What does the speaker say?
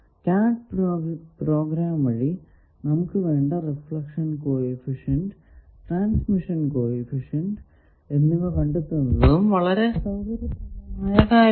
CAD programme വഴി നമുക്ക് വേണ്ട reflection coefficient transmission coefficient എന്നിവ കണ്ടെത്തുന്നതും വളരെ സൌകര്യപ്രദമായ കാര്യമാണ്